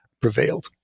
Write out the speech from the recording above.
prevailed